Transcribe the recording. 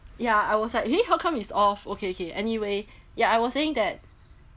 ya I was like eh how come it's off okay okay anyway ya I was saying that